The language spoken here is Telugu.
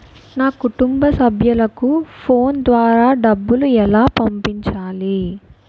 నా కుటుంబ సభ్యులకు ఫోన్ ద్వారా డబ్బులు ఎలా పంపించాలి?